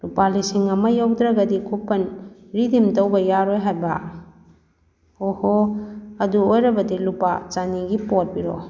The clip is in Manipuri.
ꯂꯨꯄꯥ ꯂꯤꯁꯤꯡ ꯑꯃ ꯌꯧꯗ꯭ꯔꯒꯗꯤ ꯀꯣꯄꯟ ꯔꯤꯗꯤꯝ ꯇꯧꯕ ꯌꯥꯔꯣꯏ ꯍꯥꯏꯕ ꯑꯣꯍꯣ ꯑꯗꯨ ꯑꯣꯏꯔꯕꯗꯤ ꯂꯨꯄꯥ ꯆꯅꯤꯒꯤ ꯄꯣꯠ ꯄꯤꯔꯛꯑꯣ